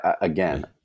Again